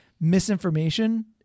misinformation